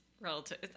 relative